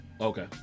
okay